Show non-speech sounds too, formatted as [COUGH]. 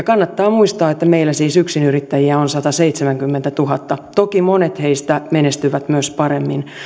[UNINTELLIGIBLE] kannattaa muistaa että meillä siis yksinyrittäjiä on sataseitsemänkymmentätuhatta toki monet heistä menestyvät myös paremmin